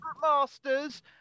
masters